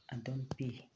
ꯑꯗꯨꯝ ꯄꯤ